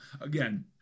again